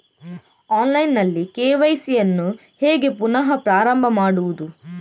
Online ನಲ್ಲಿ KYC ಯನ್ನು ಹೇಗೆ ಪುನಃ ಪ್ರಾರಂಭ ಮಾಡುವುದು?